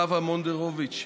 חוה מונדרוביץ,